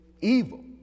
evil